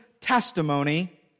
testimony